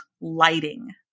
lighting